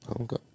Okay